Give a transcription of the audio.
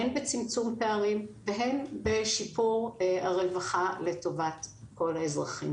הן בצמצום פערים והן בשיפור הרווחה לטובת כל האזרחים.